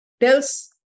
tells